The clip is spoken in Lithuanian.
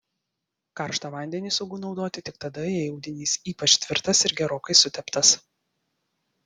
karštą vandenį saugu naudoti tik tada jei audinys ypač tvirtas ir gerokai suteptas